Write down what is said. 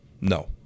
No